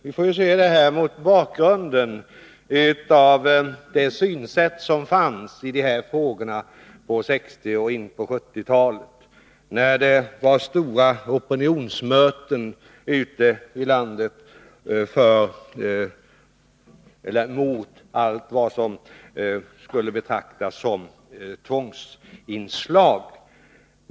Vi får se detta mot bakgrund av det synsätt som fanns i de här frågorna på 1960-talet och in på 1970-talet, då det var stora opinionsmöten ute i landet mot allt vad som kunde betraktas som tvångsinslag.